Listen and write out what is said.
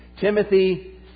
Timothy